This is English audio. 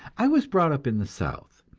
i was brought up in the south,